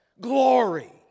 glory